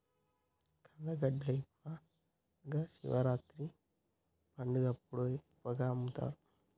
కందగడ్డ ఎక్కువగా శివరాత్రి పండగప్పుడు ఎక్కువగా అమ్ముతరు